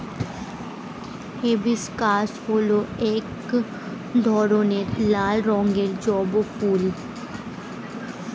hibiscus হল এক ধরনের লাল রঙের জবা ফুল